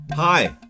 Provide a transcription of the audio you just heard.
Hi